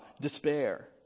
despair